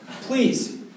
Please